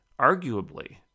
Arguably